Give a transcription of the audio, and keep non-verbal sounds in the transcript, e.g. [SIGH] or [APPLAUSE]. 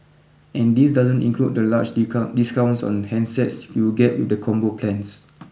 and this doesn't include the large [UNINTELLIGIBLE] discounts on handsets you get with the Combo plans